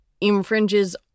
infringes